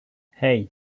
hey